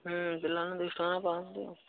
ହୁଁ ପିଲାମାନେ ଦୁଇ ଶହ ଟଙ୍କା ପାାଆନ୍ତୁ